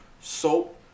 soap